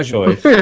choice